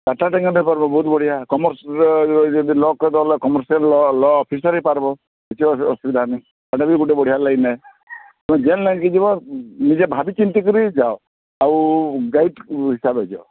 Chartered account ହୋଇପାରିବ ବହୁତ ବଢ଼ିଆ କମର୍ସ ଯଦି ଲ କରିଦେବ କମର୍ସିଆଲ୍ ଲ ଲ ଅଫିସର୍ ହୋଇପାରିବ କିଛି ଅସୁ ଅସୁବିଧା ନାଇଁ ଏଇଟା ବି ଗୁଟେ ବଢ଼ିଆ ଲାଇନ୍ ନେ ତୁମେ ଯେନ୍ ଲାଇନ୍ କି ଯିବ ନିଜେ ଭାବିଚିନ୍ତି କିରି ଯାଅ ଆଉ ଗାଇଡ଼ ହିସାବରେ ଯାଅ